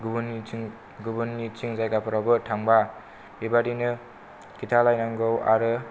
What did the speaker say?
गुबुननिथिं जायगाफोरावबो थांबा बेबादिनो खिन्थालायनांगौ आरो